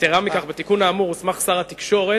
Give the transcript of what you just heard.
יתירה מכך, בתיקון האמור הוסמך שר התקשורת,